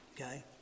okay